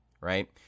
Right